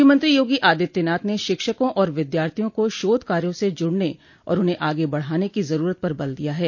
मुख्यमंत्री योगी आदित्यनाथ ने शिक्षकों और विद्यार्थियों को शोध कार्यो से जुड़ने और उन्हें आगे बढ़ाने की जरूरत पर बल दिया है